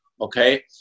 okay